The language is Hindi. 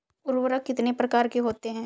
उर्वरक कितनी प्रकार के होते हैं?